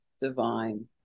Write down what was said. divine